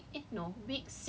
now and